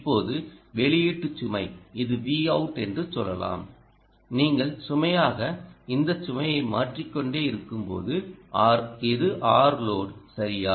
இப்போது வெளியீட்டு சுமை இது Vout என்று சொல்லலாம்நீங்கள் சுமையாக இந்த சுமையை மாற்றிக் கொண்டே இருக்கும்போது இது Rload சரியா